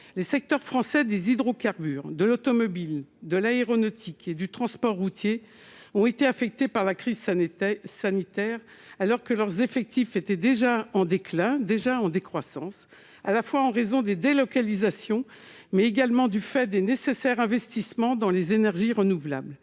les secteurs français des hydrocarbures de l'automobile, de l'aéronautique et du transport routier ont été affectées par la crise, ça n'était sanitaire alors que leurs effectifs était déjà en déclin déjà en décroissance, à la fois en raison des délocalisations, mais également du fait des nécessaires investissements dans les énergies renouvelables